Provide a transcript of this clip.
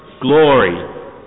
Glory